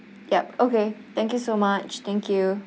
yup okay thank you so much thank you